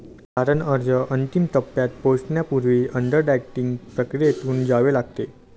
तारण अर्ज अंतिम टप्प्यात पोहोचण्यापूर्वी अंडररायटिंग प्रक्रियेतून जावे लागते